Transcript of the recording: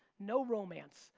no romance,